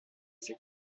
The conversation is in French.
ces